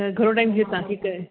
घणो टाइम थियो आहे तव्हांखे कए